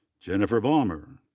jennifer baumer.